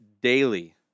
daily